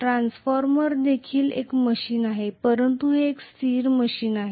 transformer देखील एक machine आहे परंतु हे एक स्थिर मशीन आहे